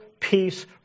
peace